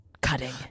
cutting